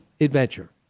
adventure